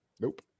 Nope